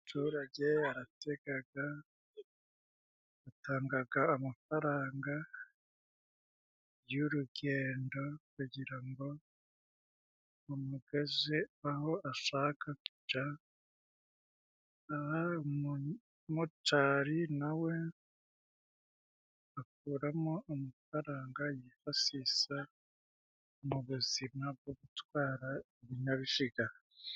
Umuturage arategaga atangaga amafaranga y'urugendo kugira ngo bamugeze aho asaka kujya, aha umumotari nawe akuramo amafaranga yifasisa mu buzima bwo gutwara ibinyabiziga.